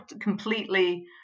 completely